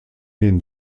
den